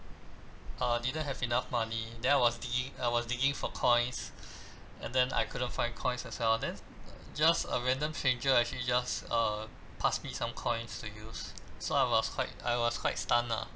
uh didn't have enough money then I was digging I was digging for coins and then I couldn't find coins as well then just a random stranger actually just uh passed me some coins to use so I was quite I was quite stunned ah